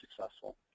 successful